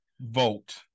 vote